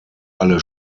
alle